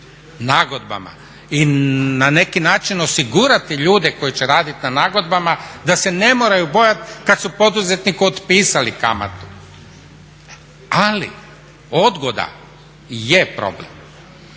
i na neki način osigurati ljude koji će radit na nagodbama da se ne moraju bojat kad su poduzetniku otpisali kamatu. Ali odgoda je problem.